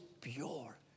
pure